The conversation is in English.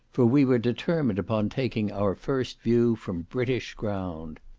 for we were determined upon taking our first view from british ground.